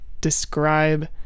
describe